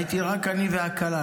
הייתי רק אני והכלה.